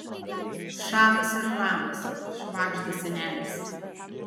šamas ir ramas švagžda senelis